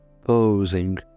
posing